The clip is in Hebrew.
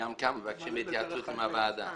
גם כאן מבקשים התייעצות עם הוועדה.